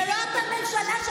זאת לא אותה ממשלה, דבי, די.